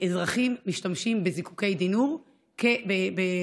אזרחים משתמשים בזיקוקי די-נור באופן